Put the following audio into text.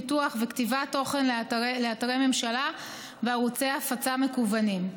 פיתוח וכתיבת תוכן לאתרי ממשלה וערוצי הפצה מקוונים.